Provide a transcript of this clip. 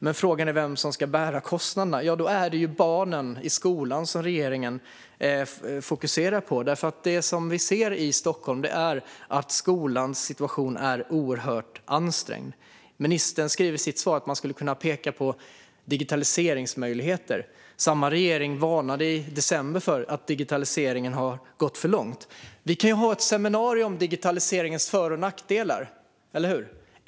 Men frågan är vem som ska bära kostnaderna. Då är det barnen i skolan som regeringen fokuserar på. Det som vi ser i Stockholm är nämligen att skolans situation är oerhört ansträngd. Ministern säger i sitt svar att man skulle kunna ta till vara digitaliseringens möjligheter. Samma regering varnade i december för att digitaliseringen har gått för långt. Vi kan ha ett seminarium om digitaliseringens för och nackdelar, eller hur?